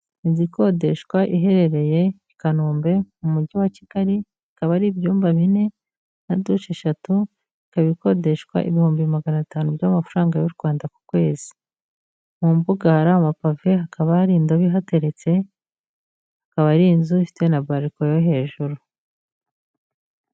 Inzu ikodeshwa iherereye i Kanombe mu mujyi wa Kigali, ikaba ari ibyumba bine na dushe eshatu, ikaba ikodeshwa ibihumbi magana atanu by'amafaranga y'u Rwanda ku kwezi, mu mbuga hari amapave hakaba hari indobo ihateretse, akaba ari inzu ifite na bariko yo hejuru.